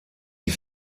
die